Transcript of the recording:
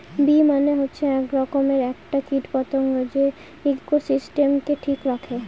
bee মানে হচ্ছে এক রকমের একটা কীট পতঙ্গ যে ইকোসিস্টেমকে ঠিক রাখে